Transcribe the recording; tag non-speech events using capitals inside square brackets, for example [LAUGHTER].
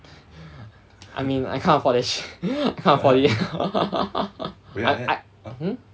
[BREATH] I mean I can't afford that sh~ I can't afford it [LAUGHS] I I hmm